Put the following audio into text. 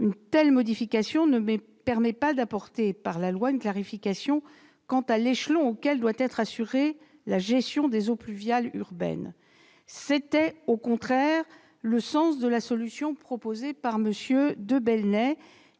Une telle modification ne permet pas d'apporter par la loi une clarification quant à l'échelon auquel doit être assurée la gestion des eaux pluviales urbaines. C'était au contraire le sens de la solution proposée par M. de Belenet,